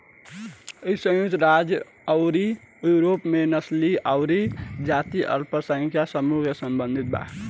इ संयुक्त राज्य अउरी यूरोप में नस्लीय अउरी जातीय अल्पसंख्यक समूह से सम्बंधित बा